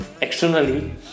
externally